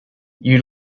you